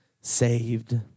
saved